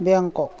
Bangkok